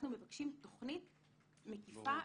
אנחנו מבקשים תוכנית מקיפה.